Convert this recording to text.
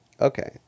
Okay